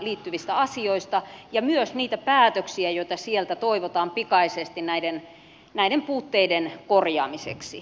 liittyvistä asioista ja myös niitä päätöksiä joita sieltä toivotaan pikaisesti näiden puutteiden korjaamiseksi